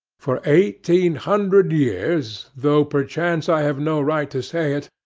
for eighteen hundred years, though perchance i have no right to say it,